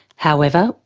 however,